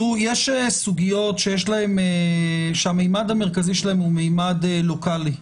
יש סוגיות שהממד המרכזי שלהן הוא ממד לוקלי,